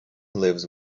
lives